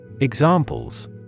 Examples